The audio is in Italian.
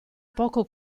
poco